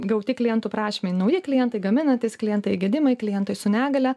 gauti klientų prašymai nauji klientai gaminantys klientai gedimai klientai su negalia